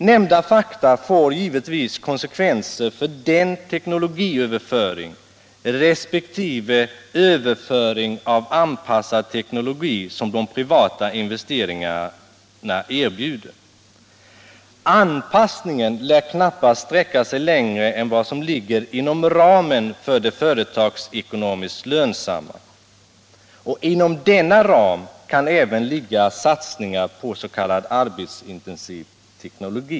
Nämnda fakta får givetvis konsekvenser för den ”teknologiöverföring” resp. ”överföring av anpassad teknologi” som de privata investeringarna erbjuder. ”Anpassningen” lär knappast sträcka sig längre än vad som ligger inom ramen för det företagsekonomiskt lönsamma, och inom denna ram kan även ligga satsningar på s.k. arbetsintensiv teknologi.